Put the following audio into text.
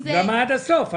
למה עד הסוף?